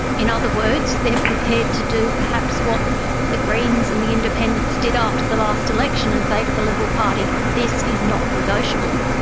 in other words they're prepared to do perhaps what the greens and the independents did after the last election and say to the liberal party this is not negotiable,